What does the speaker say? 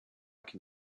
can